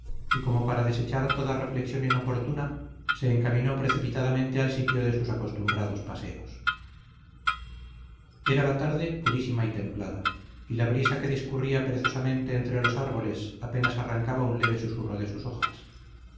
y como para desechar toda reflexión inoportuna se encaminó precipitadamente al sitio de sus acostumbrados paseos era la tarde purísima y templada y la brisa que discurría perezosamente entre los árboles apenas arrancaba un leve susurro de sus hojas